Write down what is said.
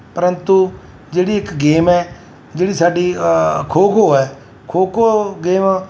ਪਰੰਤੂ ਜਿਹੜੀ ਇੱਕ ਗੇਮ ਹੈ ਜਿਹੜੀ ਸਾਡੀ ਖੋ ਖੋ ਹੈ ਖੋ ਖੋ ਗੇਮ